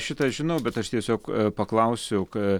šitą žinau bet aš tiesiog paklausiau ką